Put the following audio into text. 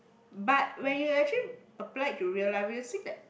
but when you're actually applied to real life we will see that